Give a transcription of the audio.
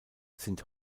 sind